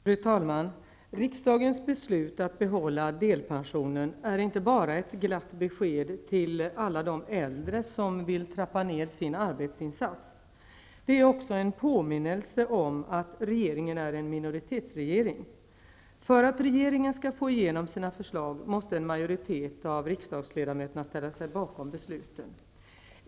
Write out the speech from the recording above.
Fru talman! Riksdagens beslut att behålla delpensionen är inte bara ett glatt besked till alla de äldre som vill trappa ned sin arbetsinsats. Det är också en påminnelse om att regeringen är en minoritetsregering. För att regeringen skall få igenom sina förslag måste en majoritet av riksdagsledamöterna ställa sig bakom besluten.